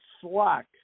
slack